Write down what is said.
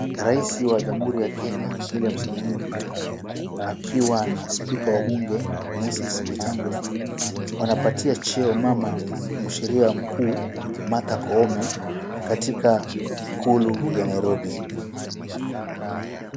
Raisi wa jamhuri ya Kenya, William Samoei Ruto akiwa na speaker wa bunge, Moses Wetangula wanapatia cheo mama mwasheria mkuu, Martha Koome katika ikulu ya Nairobi.